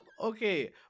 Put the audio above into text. Okay